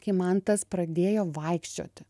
kai mantas pradėjo vaikščioti